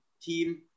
team